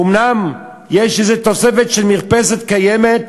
ואומנם, יש תוספת כלשהי של מרפסת קיימת,